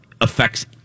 affects